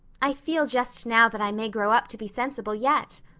i feel just now that i may grow up to be sensible yet.